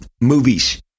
movies